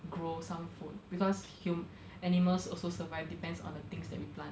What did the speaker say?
grow some food because hum~ animals also survive depends on the things that we plant